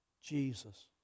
Jesus